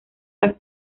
las